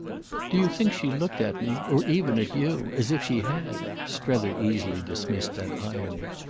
do you think she looked at me or even at you as if she had? strether easily dismissed that irony.